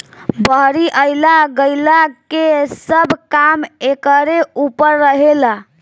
बहरी अइला गईला के सब काम एकरे ऊपर रहेला